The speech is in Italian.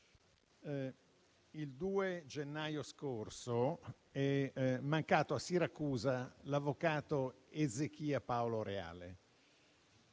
il 2 gennaio scorso è mancato a Siracusa l'avvocato Ezechia Paolo Reale.